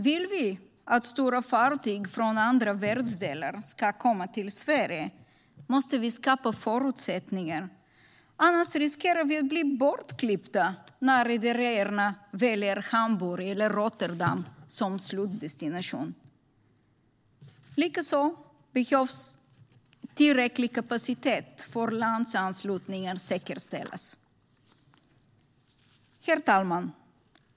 Vill vi att stora fartyg från andra världsdelar ska komma till Sverige måste vi skapa förutsättningar, annars riskerar vi att bli bortklippta när rederierna väljer Hamburg eller Rotterdam som slutdestination. Likaså behövs tillräcklig kapacitet för landanslutningar säkerställas. Herr talman!